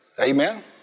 Amen